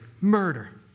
murder